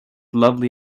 lovely